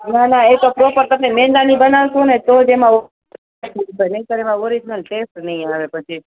ના ના એ તો પ્રોપર તમે મેદાની બનવશો ને તો જ એમાં નહીંતર એમાં ઓરીજનલ ટેસ્ટ નહીં આવે પછી